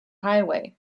highway